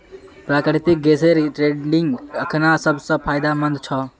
प्राकृतिक गैसेर ट्रेडिंग अखना सब स फायदेमंद छ